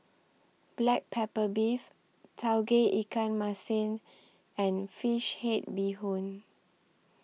Black Pepper Beef Tauge Ikan Masin and Fish Head Bee Hoon